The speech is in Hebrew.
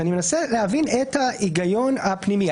אני מנסה להבין את ההיגיון הפנימי.